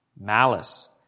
malice